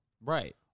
Right